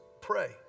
pray